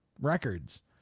records